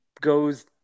goes